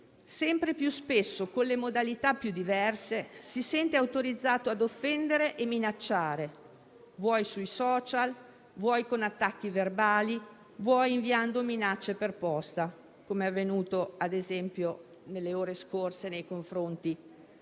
sempre più spesso con le modalità più diverse, si sente autorizzato ad offendere e minacciare, vuoi sui *social*, vuoi con attacchi verbali, vuoi inviando minacce per posta, come è avvenuto - ad esempio - nelle ore scorse nei confronti